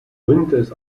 winters